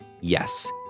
yes